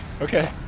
Okay